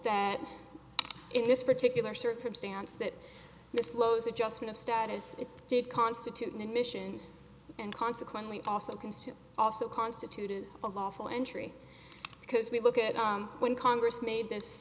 that in this particular circumstance that this lowe's adjustment of status it did constitute an admission and consequently also consume also constituted a lawful entry because we look at when congress made this